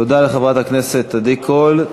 תודה לחברת הכנסת עדי קול.